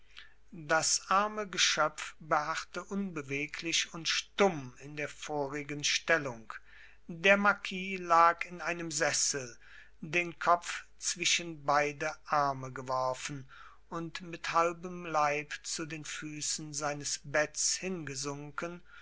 das arme geschöpf beharrte unbeweglich und stumm in der vorigen stellung der marquis lag in einem sessel den kopf zwischen beide arme geworfen und mit halbem leib zu den füßen seines betts hingesunken